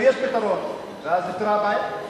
אומר: יש פתרון, ואז נפתרה הבעיה.